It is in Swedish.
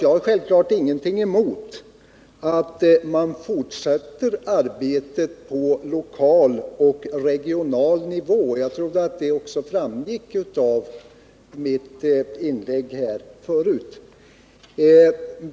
Jag har självfallet ingenting emot att man fortsätter arbetet på lokal och regional nivå. Jag trodde att det också framgick av mitt inlägg här förut.